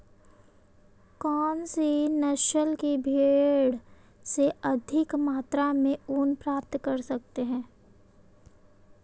कौनसी नस्ल की भेड़ से अधिक मात्रा में ऊन प्राप्त कर सकते हैं?